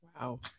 Wow